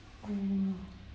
um